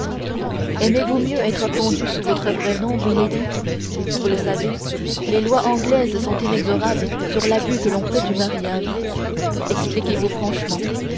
aimez-vous mieux être pendue sous votre vrai nom milady vous le savez les lois anglaises sont inexorables sur l'abus que l'on fait du mariage expliquez-vous franchement